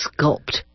sculpt